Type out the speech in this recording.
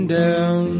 down